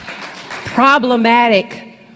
problematic